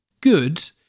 Good